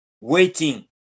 waiting